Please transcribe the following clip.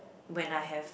when I have